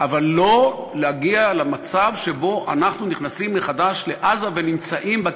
אבל לא להגיע למצב שבו אנחנו נכנסים מחדש לעזה ונמצאים בה,